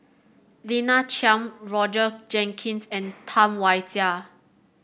Lina Chiam Roger Jenkins and Tam Wai Jia